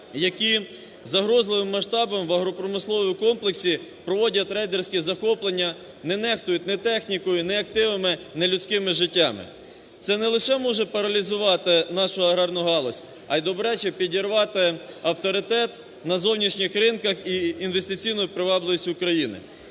які загрозливими масштабами в агропромисловому комплексі проводять рейдерські захоплення, не нехтують ні технікою, ні активами, ні людськими життями. Це не лише може паралізувати нашу аграрну галузь, а й добряче підірвати авторитет на зовнішніх ринках і інвестиційну привабливість України.